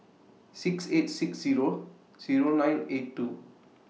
six eight six Zero Zero nine eight two